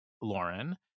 Lauren